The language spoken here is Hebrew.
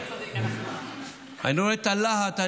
אני רואה את הלהט.